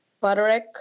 Butterick